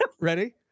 Ready